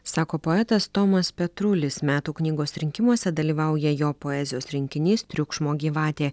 sako poetas tomas petrulis metų knygos rinkimuose dalyvauja jo poezijos rinkinys triukšmo gyvatė